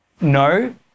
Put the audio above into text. No